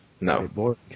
No